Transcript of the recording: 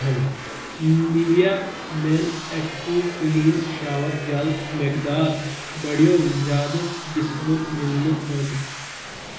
Nivea men active clean shower gel مٮ۪قدار بڈیِٚو زیادٕ ڈِسکاونٛٹ میلنہٕ خٲطرٕ